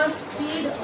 speed